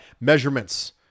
measurements